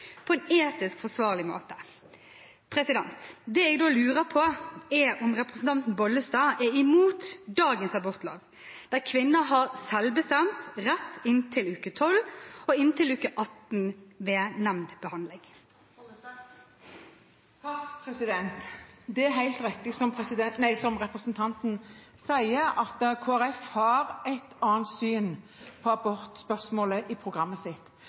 på en etisk forsvarlig måte.» Det jeg da lurer på, er om representanten Bollestad er imot dagens abortlov, der kvinner har selvbestemt rett inntil uke 12 og inntil uke 18 ved nemndbehandling. Det er helt riktig som representanten sier, at Kristelig Folkeparti har et annet syn på abortspørsmålet i programmet sitt.